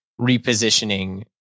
repositioning